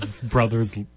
brother's